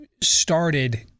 started